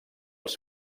els